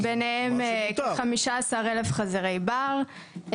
ביניהם כ-15,000 חזרי בר,